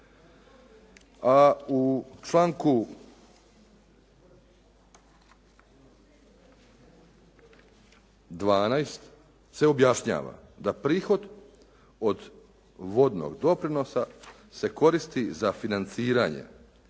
A u članku 12. se objašnjava da prihod od vodnog doprinosa se koristi za financiranje